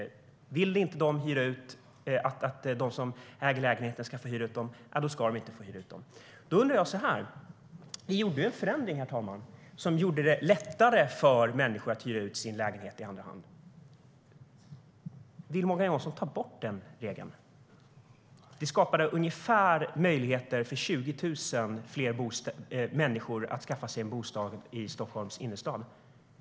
Vill de inte att de som äger lägenheterna ska få hyra ut lägenheterna, då ska ägarna inte få hyra ut dem. Herr talman! Vi genomförde ju en förändring som gjorde det lättare för människor att hyra ut sin lägenhet i andra hand. Vill Morgan Johansson ta bort den regeln? Det skapade en möjlighet för ungefär 20 000 fler människor att skaffa sig en bostad i Stockholms innerstad.